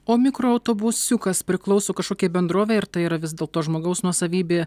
o mikroautobusiukas priklauso kažkokiai bendrovei ir tai yra vis dėlto žmogaus nuosavybė